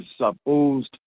supposed